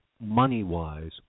money-wise